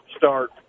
start